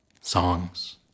Songs